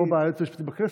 פה בייעוץ המשפטי בכנסת,